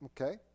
Okay